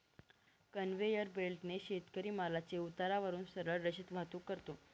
conveyor बेल्टने शेतकरी मालाची उतारावरून सरळ रेषेत वाहतूक करतो